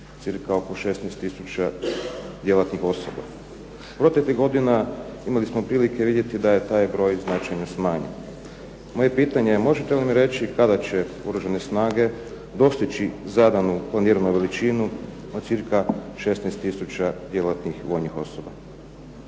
cca oko 16 tisuća djelatnih osoba. Proteklih godina imali smo prilike vidjeti da je taj broj značajno smanjen. Moje pitanje je možete li mi reći kada će Oružane snage dostići zadanu planiranu veličinu od cca 16 tisuća djelatnih vojnih osoba?